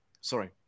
Sorry